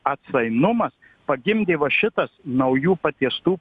atsainumas pagimdė va šitas naujų patiestų